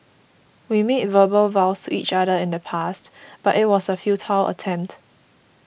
we made verbal vows to each other in the past but it was a futile attempt